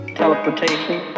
teleportation